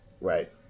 Right